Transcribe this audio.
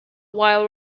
while